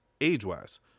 age-wise